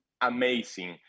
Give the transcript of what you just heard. amazing